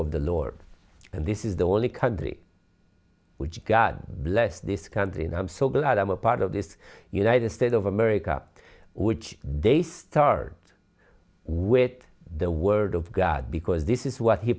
of the lord and this is the only country which god bless this country and i'm so glad i'm a part of this united states of america which they start with the word of god because this is what he